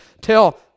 Tell